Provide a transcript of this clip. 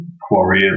quarry